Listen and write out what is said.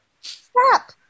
Stop